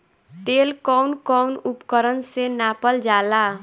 तेल कउन कउन उपकरण से नापल जाला?